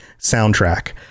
soundtrack